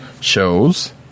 shows